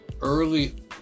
early